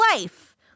life